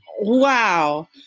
Wow